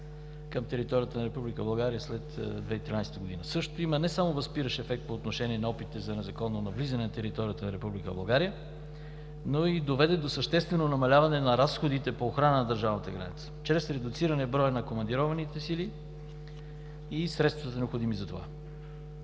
към територията на Република България след 2013 г. Същата има не само възпиращ ефект по отношение на опитите за незаконно навлизане на територията на Република България, но и доведе до съществено намаляване на разходите по охрана на държавната граница чрез редуциране броя на командированите сили и средствата, необходими за това.